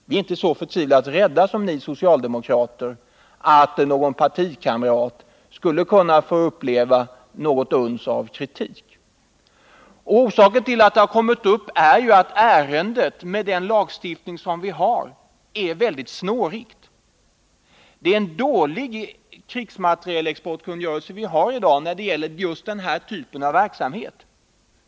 Vi är inte så förtvivlat rädda som ni socialdemokrater för att någon partivän kan få uppleva ett uns av kritik. Orsaken till att ärendet har kommit upp är att den lagstiftning som finns på detta område är snårig. Krigsmaterielexportkungörelsen är inte särskilt bra när det gäller denna typ av verksamhet.